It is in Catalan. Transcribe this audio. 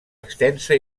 extensa